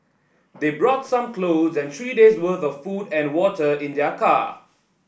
they brought some clothes and three days' worth of food and water in their car